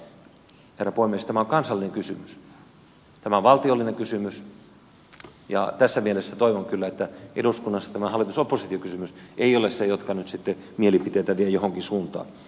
herra puhemies tämä on kansallinen kysymys tämä on valtiollinen kysymys ja tässä mielessä toivon kyllä että eduskunnassa tämä hallitusoppositio kysymys ei ole se joka nyt sitten mielipiteitä vie johonkin suuntaan